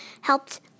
helped